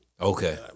Okay